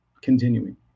continuing